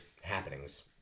happenings